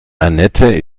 anette